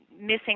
missing